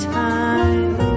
time